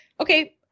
okay